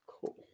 Cool